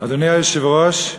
אדוני היושב-ראש,